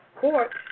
court